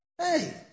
Hey